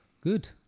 Good